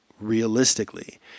realistically